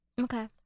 Okay